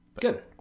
Good